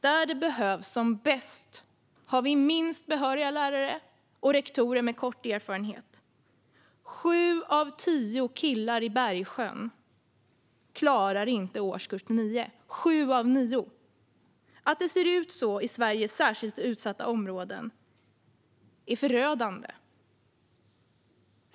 Där det behövs som bäst har vi minst antal behöriga lärare samt rektorer med kort erfarenhet. Sju av tio killar i Bergsjön klarar inte årskurs nio. Att det ser ut så i Sveriges särskilt utsatta områden är förödande.